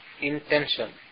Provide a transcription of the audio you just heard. intention